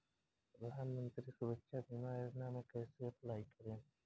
प्रधानमंत्री सुरक्षा बीमा योजना मे कैसे अप्लाई करेम?